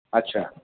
अच्छा